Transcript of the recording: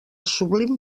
sublim